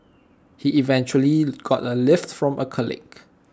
he eventually got A lift from A colleague